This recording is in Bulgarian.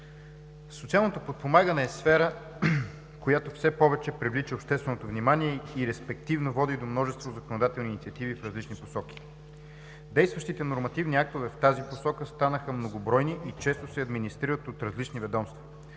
Социалното подпомагане е сфера, която все повече привлича общественото внимание и респективно води до множество законодателни инициативи в различни посоки. Действащите нормативни актове в тази посока станаха многобройни и често се администрират от различни ведомства.